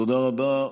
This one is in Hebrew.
תודה רבה.